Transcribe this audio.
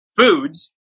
foods